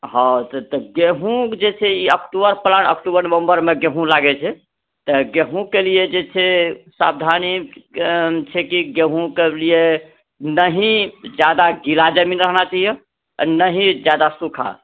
हँ तऽ गेहूँ जे छै ई अक्टूबर अक्टूबर नवम्बरमे गेहूँ लागैत छै तऽ गेहूँके लिए जे छै सावधानी छै की गेहूँके लिए नही जादा गिला जमीन रहना चाहिए आ नही जादा सूखा